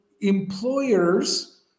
employers